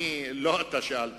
לא אתה שאלת,